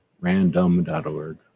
Random.org